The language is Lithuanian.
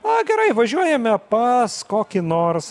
na gerai važiuojame pas kokį nors